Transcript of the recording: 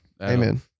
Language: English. amen